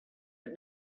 but